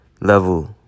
level